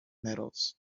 metals